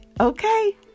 Okay